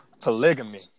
polygamy